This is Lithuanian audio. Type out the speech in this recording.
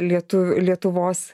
lietuvių lietuvos